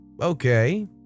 okay